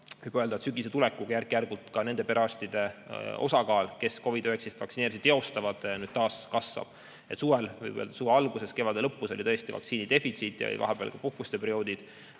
võib öelda, et sügise tulekuga järk-järgult nende perearstide osakaal, kes COVID-19 vaktsineerimist teostavad, taas kasvab. Suvel või suve alguses ja kevade lõpus oli tõesti vaktsiini defitsiit ja vahepeal oli puhkusteperiood.